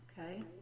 Okay